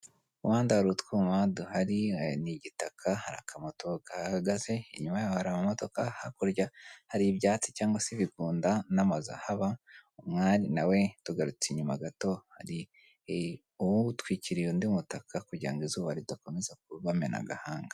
Mu muhanda hari utwuma duhari n'igitaka, hari aka mato kahahagaze inyuma yaho hari ama modoka, hakurya hari ibyatsi cyangwa se ibigunda n'amazu ahaba. Umwari nawe tugarutse inyuma gato hari uw'utwikiriye undi mutaka kugira ngo izuba ridakomeza kubamena agahanga.